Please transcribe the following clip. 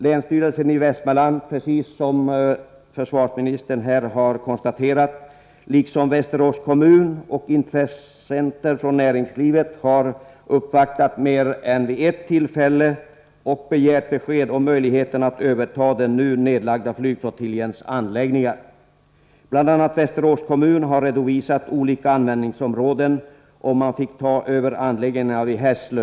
Länsstyrelsen i Västmanland -— precis som försvarsministern nyss konstaterat — liksom Västerås kommun och intressenter från näringslivet har vid mer än ett tillfälle gjort uppvaktningar. Man har begärt besked om möjligheterna att överta den nu nedlagda flygflottiljens anläggningar. Bl.a. Västerås kommun har redovisat olika användningsområden vid ett eventuellt övertagande av anläggningarna vid Hässlö.